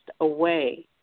away